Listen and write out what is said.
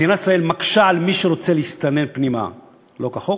מדינת ישראל מקשה על מי שרוצה להסתנן פנימה שלא כחוק,